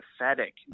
pathetic